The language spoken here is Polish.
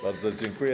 Bardzo dziękuję.